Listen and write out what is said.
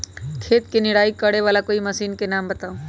खेत मे निराई करे वाला कोई मशीन के नाम बताऊ?